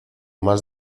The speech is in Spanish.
más